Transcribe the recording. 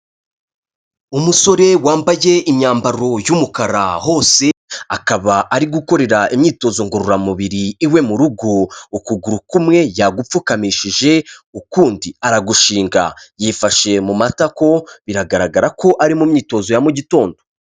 Umusore wambaye imyambaro y'umukara hose, akaba ari gukorera imyitozo ngororamubiri iwe mu rugo. Ukuguru kumwe yagupfukamishije, ukundi aragushinga. Yifashe mu matako, biragaragara ko ari mu myitozo ya mu gitondo.